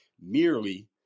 merely